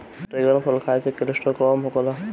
dragon फल खाए से कोलेस्ट्राल कम होला